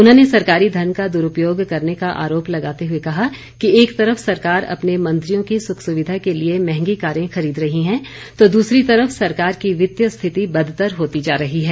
उन्होंने सरकारी धन का द्रपयोग करने का आरोप लगाते हुए कहा कि एक तरफ सरकार अपने मंत्रियों की सुख सुविधा के लिए मंहगी कारें खरीद रही हैं तो दूसरी तरफ सरकार की वित्तिय स्थिति बदतर होती जा रही है